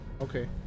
Okay